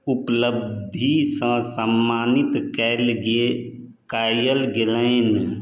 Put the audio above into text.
उपलब्धिसँ सम्मानित कयल गेल कयल गेलनि